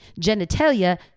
genitalia